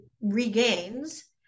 regains